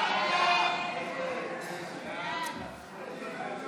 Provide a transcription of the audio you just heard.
הסתייגות 34